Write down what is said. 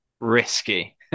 risky